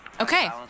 Okay